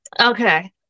Okay